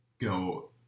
go